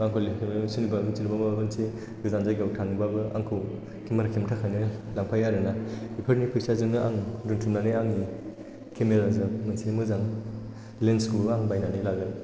आंखौ लिंहरो सोरनिबा मिटिं एबा माबा मोनसे बिदिनो माबा मोनसे गोजान जायगायाव थाङोबाबो आंखौ केमेरा खेबनो थाखायनो लांफायो आरोना बेफोरनि फैसाजोंनो आं दोनथुमनानै आंनि केमेरा जों मोनसे मोजां लेन्स खौ आं बायनानै लागोन